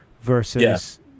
versus